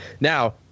now